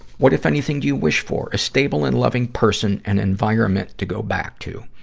what, if anything, do you wish for? a stable and loving person and environment to go back to.